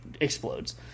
explodes